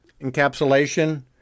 encapsulation